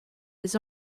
his